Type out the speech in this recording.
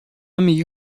میگی